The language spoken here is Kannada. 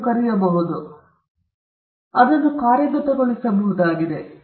ಆದ್ದರಿಂದ ಮೊದಲನೆಯದಾಗಿ ಅವರು ಕಾರ್ಯಗತಗೊಳಿಸಬಹುದಾಗಿದೆ